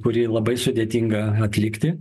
kurį labai sudėtinga atlikti